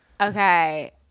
Okay